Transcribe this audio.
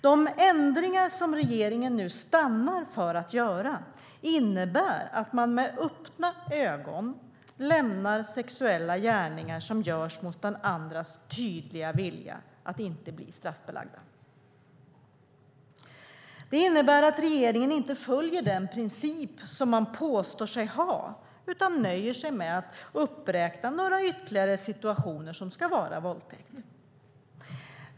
De ändringar som regeringen nu stannar för att göra innebär att man med öppna ögon låter bli att straffbelägga sexuella gärningar som begås mot den andras tydliga vilja. Det innebär att regeringen inte följer den princip som man påstår sig ha utan nöjer sig med att uppräkna några ytterligare situationer som ska vara våldtäkter.